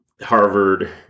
Harvard